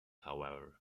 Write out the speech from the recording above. however